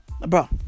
bro